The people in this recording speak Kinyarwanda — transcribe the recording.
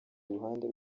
ruhande